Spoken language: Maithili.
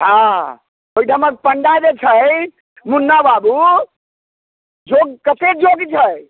हँ ओहिठमक पण्डा जे छइ मुन्ना बाबू जोग कते जोग्ग छै